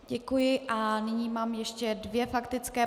Děkuji a nyní mám ještě dvě faktické.